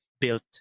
built